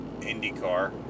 IndyCar